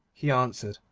he answered,